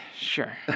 sure